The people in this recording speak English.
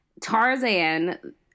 Tarzan